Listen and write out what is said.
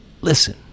listen